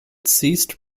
ceased